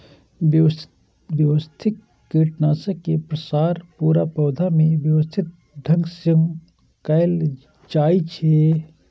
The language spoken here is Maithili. व्यवस्थित कीटनाशक के प्रसार पूरा पौधा मे व्यवस्थित ढंग सं कैल जाइ छै